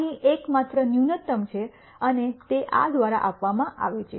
અહીં એક માત્ર ન્યૂનતમ છે અને તે આ દ્વારા આપવામાં આવે છે